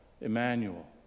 Emmanuel